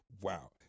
Wow